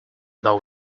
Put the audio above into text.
though